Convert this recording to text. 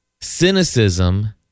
cynicism